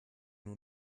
nur